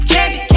Candy